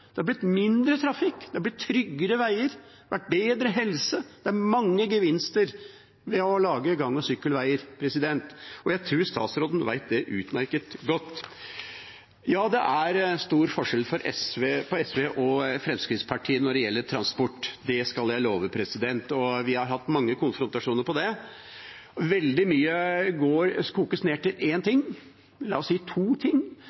Det hadde blitt mindre trafikk, det hadde blitt tryggere veier, vært bedre helse. Det er mange gevinster ved å lage gang- og sykkelveier, og jeg tror statsråden vet det utmerket godt. Ja, det er stor forskjell på SV og Fremskrittspartiet når det gjelder transport – det skal jeg love – og vi har hatt mange konfrontasjoner om det. Veldig mye koker ned til la oss si to ting: